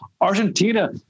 Argentina